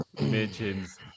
mentions